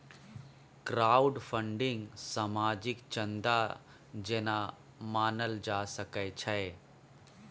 crowdfunding सामाजिक चन्दा जेना मानल जा सकै छै